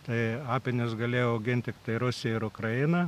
tai apynius galėjo auginti tiktai rusija ir ukrainą